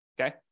okay